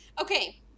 Okay